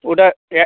ওটা এয়া